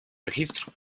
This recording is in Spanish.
registro